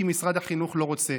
כי משרד החינוך לא רוצה.